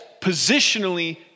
positionally